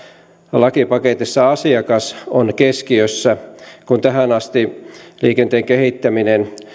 lakipaketissa asiakas on keskiössä kun tähän asti liikenteen kehittäminen